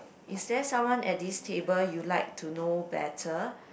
is there someone at this table you like to know better